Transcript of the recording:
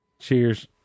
Cheers